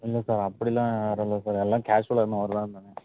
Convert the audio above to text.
இல்லை சார் அப்படிலாம் யாரும் இல்லை சார் எல்லாம் கேஷுவலாக இருந்த மாதிரி தான் இருந்தாங்க